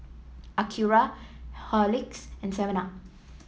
Acura Horlicks and Seven Up